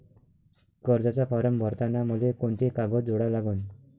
कर्जाचा फारम भरताना मले कोंते कागद जोडा लागन?